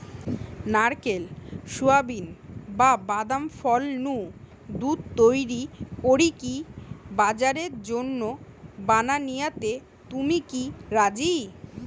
নারকেল, সুয়াবিন, বা বাদাম ফল নু দুধ তইরি করিকি বাজারের জন্য বানানিয়াতে কি তুমি রাজি?